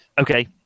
Okay